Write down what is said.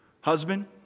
Husband